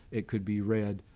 it could be read,